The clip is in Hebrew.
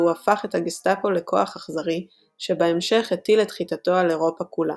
והוא הפך את הגסטפו לכוח אכזרי שבהמשך הטיל את חיתתו על אירופה כולה.